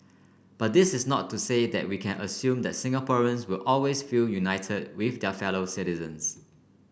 but this is not to say that we can assume that Singaporeans will always feel united with their fellow citizens